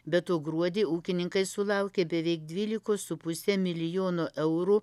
be to gruodį ūkininkai sulaukė beveik dvylikos su puse milijono eurų